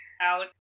out